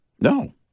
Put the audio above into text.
No